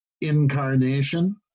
incarnation